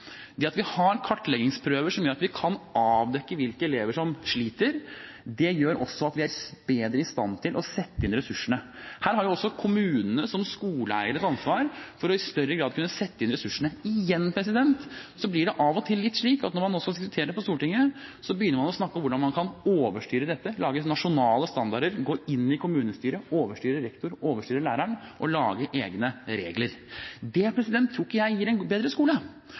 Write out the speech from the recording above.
Det at vi har kartleggingsprøver som gjør at vi kan avdekke hvilke elever som sliter, gjør at vi er bedre i stand til å sette inn ressursene. Her har også kommunene som skoleeiere et ansvar for i større grad å kunne sette inn ressursene. Igjen blir det av og til litt slik at når man skal diskutere det på Stortinget, begynner man å snakke om hvordan man kan overstyre dette, lage nasjonale standarder, gå inn i kommunestyret, overstyre rektor, overstyre læreren og lage egne regler. Det tror ikke jeg gir en bedre skole,